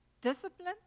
discipline